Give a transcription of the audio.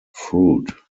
fruit